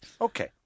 Okay